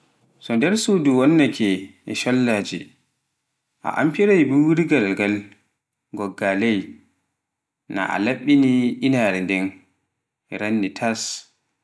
So nder suudu nwonnaake coollaaje, a amfirai mburigal ngogga ley, na a laɓɓi ni inaare nden ranni tas.